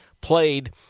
played